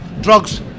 Drugs